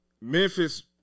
Memphis